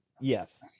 Yes